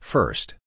First